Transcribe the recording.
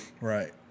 right